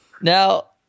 Now